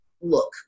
look